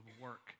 Work